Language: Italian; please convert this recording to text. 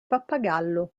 pappagallo